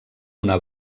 una